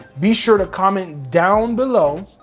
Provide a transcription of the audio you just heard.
be sure to comment down below,